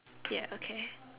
ya okay